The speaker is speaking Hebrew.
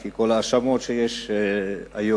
לפי כל ההאשמות שיש היום.